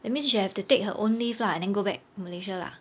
that means she have to take her own leave lah and then go back malaysia lah